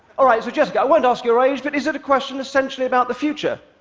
alright, so jessica, i won't ask your age, but is it a question essentially about the future?